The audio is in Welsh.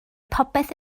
popeth